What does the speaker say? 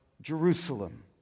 Jerusalem